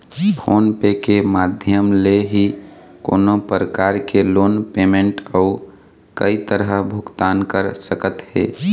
phone पे के माधियम ले ही कोनो परकार के लोन पेमेंट अउ कई तरह भुगतान कर सकत हे